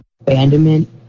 abandonment